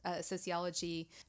sociology